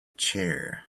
chair